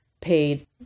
paid